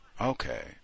Okay